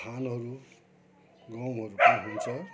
धानहरू गहुँहरू पनि हुन्छ